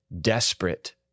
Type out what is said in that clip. desperate